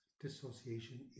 dissociation